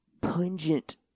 pungent